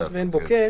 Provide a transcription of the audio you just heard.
אילת ועין בוקק.